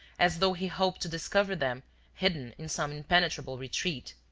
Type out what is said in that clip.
as though he hoped to discover them hidden in some impenetrable retreat,